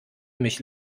mich